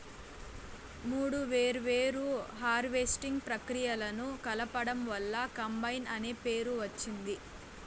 మూడు వేర్వేరు హార్వెస్టింగ్ ప్రక్రియలను కలపడం వల్ల కంబైన్ అనే పేరు వచ్చింది